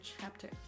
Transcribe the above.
chapter